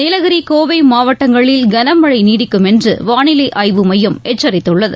நீலகிரி கோவை மாவட்டங்களில் களமழை நீடிக்கும் என்று வானிலை ஆய்வு மையம் எச்சரித்துள்ளது